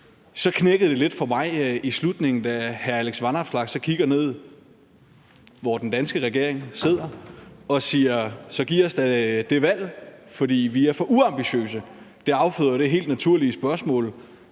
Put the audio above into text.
Så knækkede det lidt for mig i slutningen, da hr. Alex Vanopslagh så kigger ned, hvor den danske regering sidder, og siger: Så giv os da det valg, for I er for uambitiøse. Det afføder jo det helt naturlige spørgsmål: